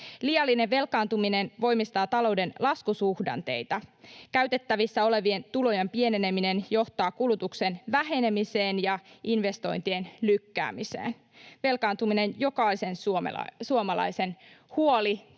Liiallinen velkaantuminen voimistaa talouden laskusuhdanteita. Käytettävissä olevien tulojen pieneneminen johtaa kulutuksen vähenemiseen ja investointien lykkäämiseen. Velkaantuminen on tätä kautta jokaisen suomalaisen huoli —